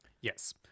yes